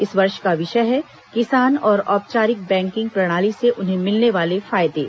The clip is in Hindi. इस वर्ष का विषय है किसान और औपचारिक बैकिंग प्रणाली से उन्हें मिलने वाले फायदे